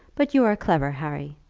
but you are clever, harry,